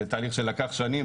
זה תהליך שלקח שנים,